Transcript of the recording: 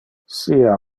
sia